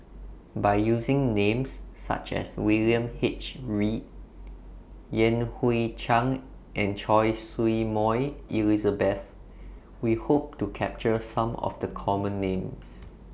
By using Names such as William H Read Yan Hui Chang and Choy Su Moi Elizabeth We Hope to capture Some of The Common Names